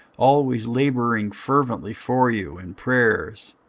always labouring fervently for you in prayers,